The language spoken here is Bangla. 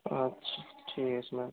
আচ্ছা ঠিক আছে ম্যাম